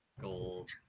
gold